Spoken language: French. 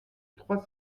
trois